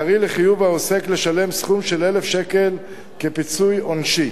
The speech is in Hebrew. קרי לחיוב העוסק לשלם סכום של 1,000 שקל כפיצוי עונשי.